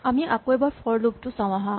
আমি আকৌ এবাৰ ফৰ লুপ টো চাওঁ আহাঁ